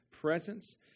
presence